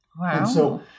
Wow